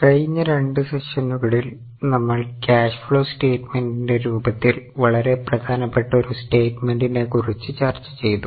കഴിഞ്ഞ രണ്ട് സെഷനുകളിൽ നമ്മൾ ക്യാഷ് ഫ്ലോ സ്റ്റേറ്റ്മെന്റിന്റെ രൂപത്തിൽ വളരെ പ്രധാനപ്പെട്ട ഒരു സ്റ്റേറ്റ്മെന്റിനെ കുറിച്ച് ചർച്ച ചെയ്തു